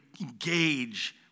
engage